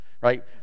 Right